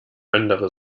andere